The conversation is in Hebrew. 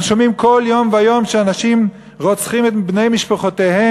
אנחנו שומעים כל יום ויום שאנשים רוצחים את בני משפחותיהם,